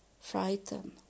frightened